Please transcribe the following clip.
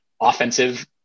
offensive